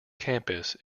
campus